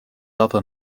other